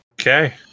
Okay